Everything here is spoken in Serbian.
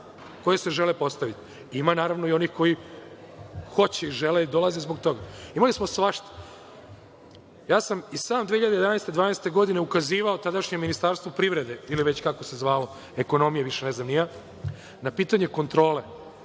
koje se želi postaviti. Ima, naravno, i onih koji hoće i žele i dolaze zbog toga. Imali smo svašta. I sam sam 2011, 2012. godine ukazivao tadašnjem Ministarstvu privrede, ili kako se već zvalo, ekonomije, više ne znam ni ja, na pitanje kontrole,